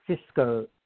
Cisco